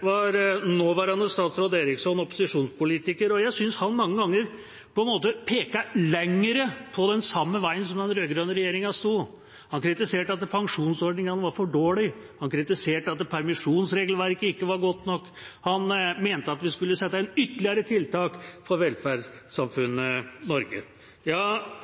var nåværende statsråd Eriksson opposisjonspolitiker, og jeg synes han mange ganger på en måte pekte lenger på den samme veien som den rød-grønne regjeringa sto på. Han kritiserte pensjonsordningene for å være for dårlige, han kritiserte permisjonsregelverket for ikke å være godt nok, og han mente at vi skulle sette inn ytterligere tiltak for velferdssamfunnet Norge. Ja,